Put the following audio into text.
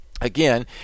Again